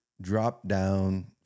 drop-down